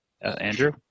Andrew